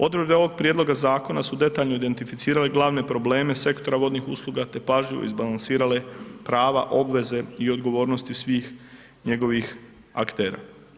Odredbe ovoga prijedloga zakona su detaljno identificirale glavne probleme sektora vodnih usluga te pažljivo izbalansirale prava, obveze i odgovornosti svih njegovih aktera.